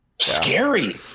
scary